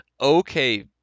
Okay